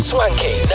Swanky